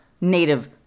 native